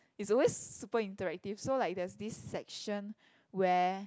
it's always super interactive so like there's this section where